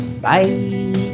bye